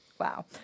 Wow